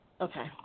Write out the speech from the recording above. Okay